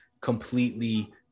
completely